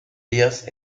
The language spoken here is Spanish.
días